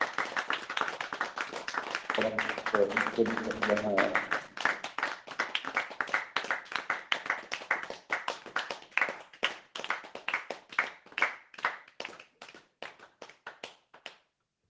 ᱥᱟᱱᱟᱢ ᱠᱚ ᱠᱟᱢᱤ ᱴᱷᱮᱱ ᱡᱟᱦᱟᱸ